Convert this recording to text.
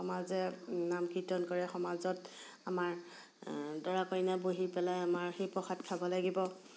সমাজে নাম কীৰ্তন কৰে সমাজত আমাৰ দৰা কইনা বহি পেলাই আমাৰ সেই প্ৰসাদ খাব লাগিব